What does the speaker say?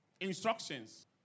Instructions